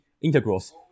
integrals